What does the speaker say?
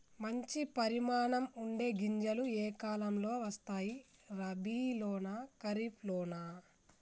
మంచి పరిమాణం ఉండే గింజలు ఏ కాలం లో వస్తాయి? రబీ లోనా? ఖరీఫ్ లోనా?